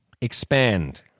expand